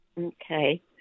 Okay